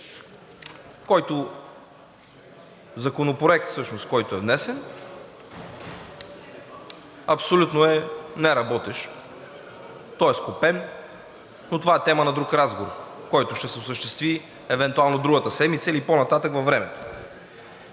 който Законопроект всъщност е внесен, абсолютно е неработещ, той е скопен, но това е тема на друг разговор, който ще се осъществи евентуално другата седмица или по-нататък във времето.